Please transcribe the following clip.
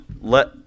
let